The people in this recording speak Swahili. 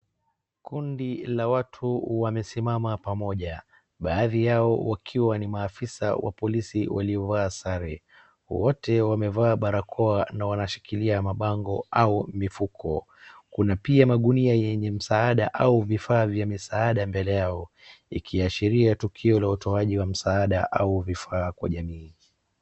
Kundi la watu wamesimama pamoja, baadi yao wakiwa ni maafisa wa polisi waliovaa sare, wote wamevaa barakoa na wanashikilia mabango au mifuko. Kuna pia magunia yenye msaada au vifaa vya misaada mbele yao, ikiashiria tukio la utoaji wa msaada au vifaa kwa jamii.